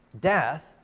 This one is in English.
Death